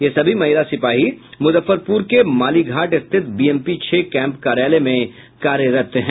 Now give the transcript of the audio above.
ये सभी महिला सिपाही मुजफ्फरपुर के मालीघाट स्थित बीएमपी छह कैंप कार्यालय में कार्यरत हैं